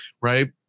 right